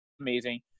amazing